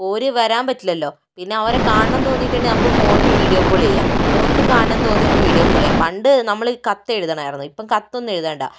ഓര് വരാൻ പറ്റില്ലല്ലോ പിന്നെ ഓരെ കാണാൻ തോന്നിയിട്ടുണ്ടെങ്കിൽ നമുക്ക് ഫോണില് വീഡിയോ കോള് ചെയ്യാം ഓർക്കും കാണാൻ തോന്നുമ്പോൾ വീഡിയോ കോള് ചെയ്യാം പണ്ട് നമ്മള് കത്തെഴുതണമായിരുന്നു ഇപ്പം കത്തൊന്നും എഴുതണ്ട